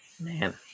Man